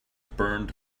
burned